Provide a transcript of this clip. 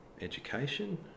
education